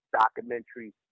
documentary